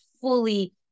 fully